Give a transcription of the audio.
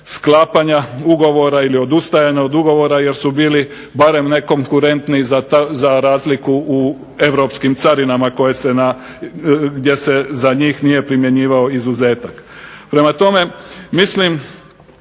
sklapanja ugovora ili odustajanja od ugovora jer su bili barem nekonkurentni za razliku u europskim carinama koje se na, gdje se za njih nije primjenjivao izuzetak. Prema tome, mislim